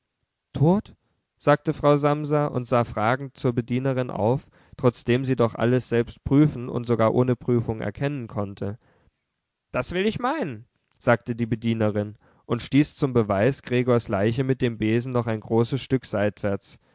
tot sagte frau samsa und sah fragend zur bedienerin auf trotzdem sie doch alles selbst prüfen und sogar ohne prüfung erkennen konnte das will ich meinen sagte die bedienerin und stieß zum beweis gregors leiche mit dem besen noch ein großes stück seitwärts